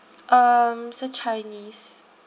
um he's a chinese